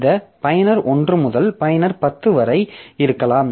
இந்த பயனர் 1 முதல் பயனர் 10 வரை இருக்கலாம்